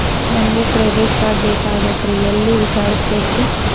ನನಗೆ credit card ಬೇಕಾಗಿತ್ರಿ ಎಲ್ಲಿ ವಿಚಾರಿಸಬೇಕ್ರಿ?